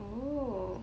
oh